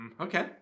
Okay